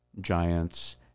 giants